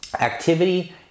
Activity